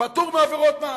פטור מעבירות מס.